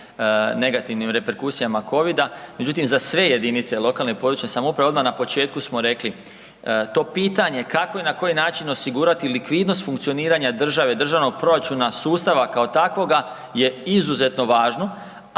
negativnih reperkusijama covida, međutim za sve jedinice lokalne i područne samouprave odmah na početku smo rekli to pitanje, kako i na koji način osigurati likvidnost funkcioniranja države, državnog proračuna, sustava kao takvoga je izuzetno važno.